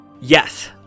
yes